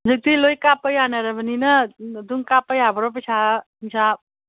ꯍꯧꯖꯤꯛꯇꯤ ꯂꯣꯏ ꯀꯥꯞꯄ ꯌꯥꯅꯔꯕꯅꯤꯅ ꯑꯗꯨꯝ ꯀꯥꯞꯞ ꯌꯥꯕ꯭ꯔꯣ ꯄꯩꯁꯥ ꯍꯤꯟꯁꯥꯞ